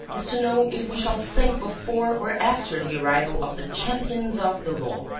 is to know if we shall sink before or after the arrival of the champions of the law!